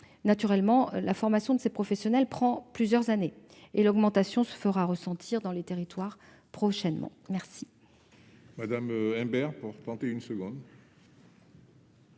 Naturellement, la formation de ces professionnels prend plusieurs années, et l'augmentation se fera ressentir dans les territoires prochainement. La